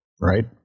Right